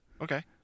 okay